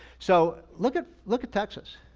so look at look at texas.